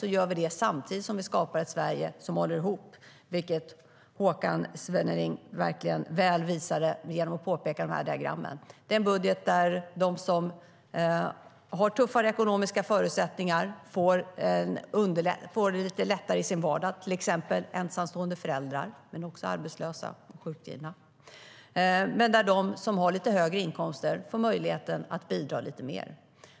Det sker samtidigt som vi skapar ett Sverige som håller ihop, vilket Håkan Svenneling verkligen väl visade genom att ta upp diagrammen. Det här är en budget som gör att de som har lite tuffare ekonomiska förutsättningar får det lite lättare i sin vardag, till exempel ensamstående föräldrar, arbetslösa och sjukskrivna. De som har lite högre inkomster får möjlighet att bidra med lite mer.